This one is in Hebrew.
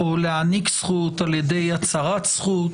להעניק זכות על-ידי הצרת זכות.